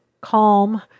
calm